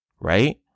right